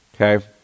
Okay